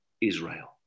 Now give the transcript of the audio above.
Israel